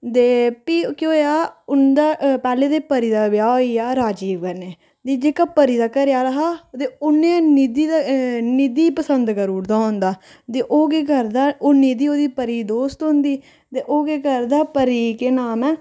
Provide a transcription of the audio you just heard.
ते फ्ही केह् होएया उं'दा पैह्ले ते परी दा ब्याह् होई गेआ राजीव कन्नै ते जेह्का परी दा घरै आह्ला हा ते उन्नै निधि दे निधि गी पसंद करी ओड़े दा होंदा ते ओह् केह् करदा ओह् निधि ओह्दी परी दी दोस्त होंदी ते ओह् केह् करदा परी गी केह् नाम ऐ